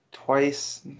Twice